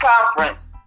conference